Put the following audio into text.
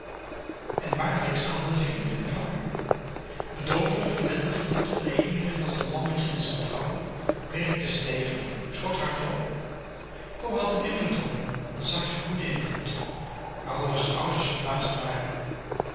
en waarlijk ze hadden zich niet te beklagen bedorven verwende ver werd als n lammetje in z'n trouwen werkte stevig troeldei schoot hard op co had n invloed op m n zachten goeden invloed waarover z'n ouders verbaasd waren